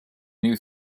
new